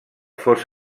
fos